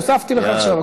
הוספתי לך עכשיו.